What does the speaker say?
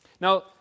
Now